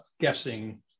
guessing